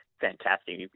fantastic